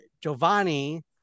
giovanni